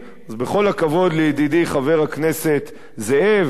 אז בכל הכבוד לידידי חבר הכנסת זאב,